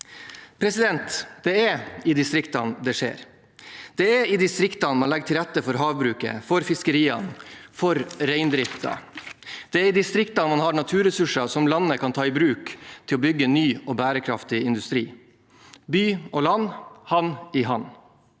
Det er i distriktene det skjer. Det er i distriktene man legger til rette for havbruket, for fiskeriene og for reindriften. Det er i distriktene man har naturressurser som landet kan ta i bruk til å bygge ny og bærekraftig industri. By og land hand i hand: